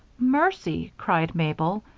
mercy! cried mabel.